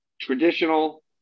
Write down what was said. traditional